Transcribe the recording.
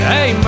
Hey